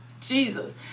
Jesus